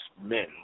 men